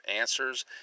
answers